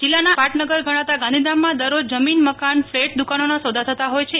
જિલ્લાના આર્થિક પાટનગર ગણાતા ગાંધીધામમાં દરરોજ જમીન મકાન ફલેટ દુકાનોના સોદા થતા હોથ છે